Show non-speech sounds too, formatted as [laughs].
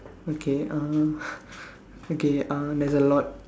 okay uh [laughs] okay uh there's a lot